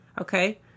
Okay